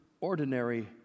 ordinary